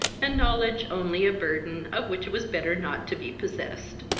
and knowledge only a burthen, of which it was better not to be possessed.